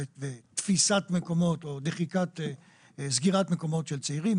ותפיסת מקומות או סגירת מקומות של צעירים,